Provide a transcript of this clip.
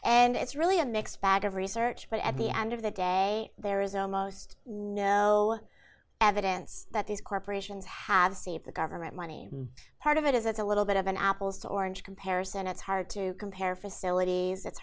and it's really a mixed bag of research but at the end of the day there is almost no evidence that these corporations have saved the government money part of it is it's a little bit of an apples to oranges comparison it's hard to compare facilities it's